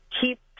keep